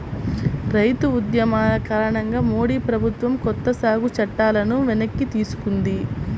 రైతు ఉద్యమాల కారణంగా మోడీ ప్రభుత్వం కొత్త సాగు చట్టాలను వెనక్కి తీసుకుంది